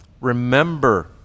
remember